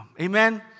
Amen